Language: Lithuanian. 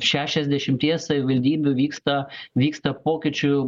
šešiasdešimties savivaldybių vyksta vyksta pokyčių